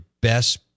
best